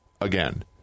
again